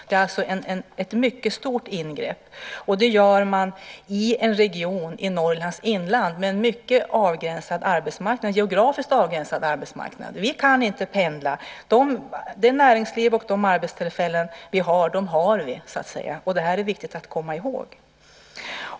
Det är alltså ett mycket stort ingrepp. Det gör man i en region i Norrlands inland med en geografiskt mycket avgränsad arbetsmarknad. Vi kan inte pendla. Det näringsliv och de arbetstillfällen som vi har de har vi så att säga. Det är viktigt att komma ihåg.